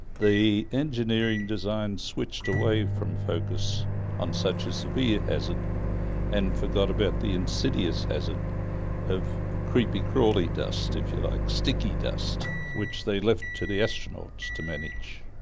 the engineering design switched away from focus on such a severe hazard and forgot about the insidious hazard of creepy-crawly dust, if you like, sticky dust, which they left to the astronauts to manage.